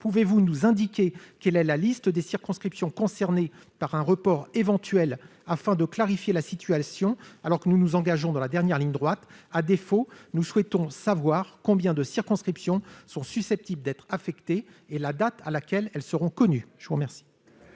Pouvez-vous nous indiquer la liste des circonscriptions concernées par un report éventuel afin de clarifier la situation, alors que nous nous engageons dans la dernière ligne droite ? À défaut, nous souhaitons savoir combien de circonscriptions sont susceptibles d'être affectées et à quelle date leur liste sera connue ! La parole